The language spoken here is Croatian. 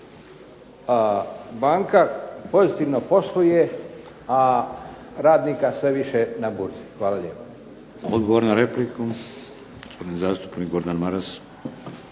banka pozitivno posluje a radnika sve više na burzi. Hvala lijepa. **Šeks, Vladimir (HDZ)** Odgovor na repliku gospodin zastupnik Gordan Maras.